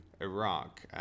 Iraq